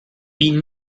wie